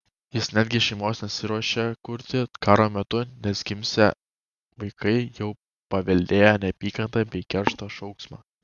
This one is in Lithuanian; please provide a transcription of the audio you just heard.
jis netgi šeimos nesiruošia kurti karo metu nes gimsią vaikai jau paveldėję neapykantą bei keršto šauksmą